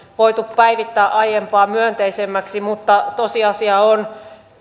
voitu päivittää aiempaa myönteisemmäksi mutta tosiasia on